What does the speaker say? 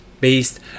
Based